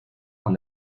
con